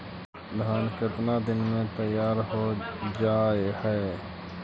धान केतना दिन में तैयार हो जाय है?